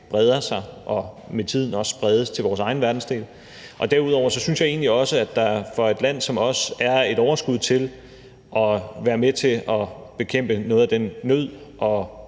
breder sig og med tiden også spredes til vores egen verdensdel. Derudover synes jeg egentlig, at der for et land som vores er et overskud til at være med til at bekæmpe noget af den nød og